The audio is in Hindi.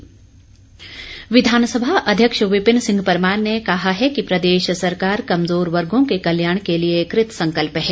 विपिन परमार विधानसभा अध्यक्ष विपिन सिंह परमार ने कहा है कि प्रदेश सरकार कमजोर वर्गों के कल्याण के लिए कृतसंकल्प है